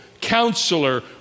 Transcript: Counselor